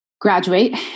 graduate